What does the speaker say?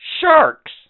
Sharks